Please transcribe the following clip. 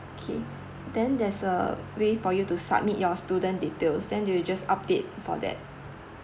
okay then there's a way for you to submit your student details then you will just update for that